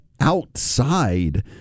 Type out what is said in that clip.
outside